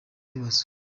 ibibazo